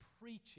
preaching